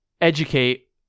educate